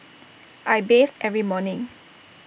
I bathe every morning